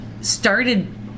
started